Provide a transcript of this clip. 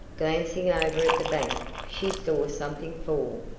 glancing over at the bank she saw something fall.